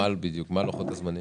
בדיוק, מה לוחות הזמנים?